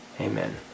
Amen